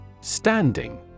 Standing